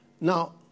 Now